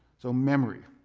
so memory.